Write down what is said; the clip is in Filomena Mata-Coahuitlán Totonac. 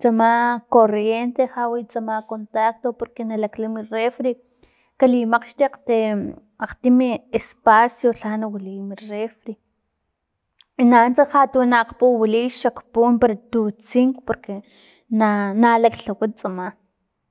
tsama corriente lhawi tsama contacto porque na lakla mi refri kalimakgxtakgte akgtim espacio lha nawiliy mi refri nanuntsa lhatu na akpuwiliy xakpun para tu tsink porque na- na laklhawa tsama